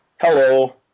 Hello